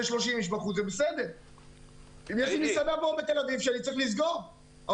יש לי מסעדה בתל אביב שאני צריך לסגור כי